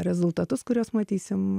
rezultatus kuriuos matysim